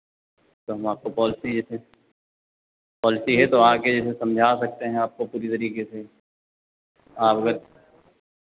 तो हम आपको पॉलिसी जैसे पॉलिसी है तो आके समझा सकते हैं आपको पूरी तरीके से अवगत